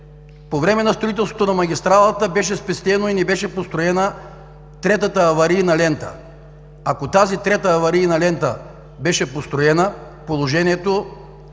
по време на строителството на магистралата беше спестено и не беше построена третата аварийна лента. Ако тази трета аварийна лента беше построена, положението